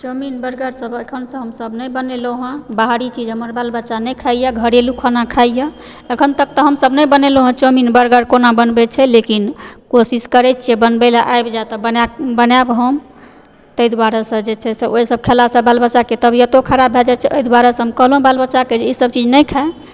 chowmein burger सब एखन हम नहि बनेलहुॅं है बाहरी चीज हमर बाल बच्चा नहि खाइए घरेलू खाना खाइए एखन तक तऽ हमसभ नहि बनेलहुॅं है चौमिन बर्गर कोना बनेबै छै लेकिन कोशिश करै छियै बनबे लए आबि जाइत तऽ बनाएब हम ताहि दुआरे सऽ जे छै सऽ ओऽ सब खेला सऽ बच्चा सबके ऽ तबियतो खराब भऽ जाइत छै ओहि दुआरे सऽ हम कहलहुॅं बाल बच्चा के जे ई सब चीज नहि खाए